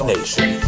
Nation